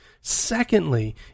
Secondly